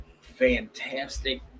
fantastic